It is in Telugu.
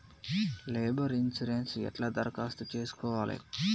లేబర్ ఇన్సూరెన్సు ఎట్ల దరఖాస్తు చేసుకోవాలే?